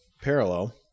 parallel